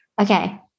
Okay